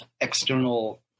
external